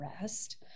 rest